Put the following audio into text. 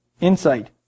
insight